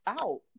out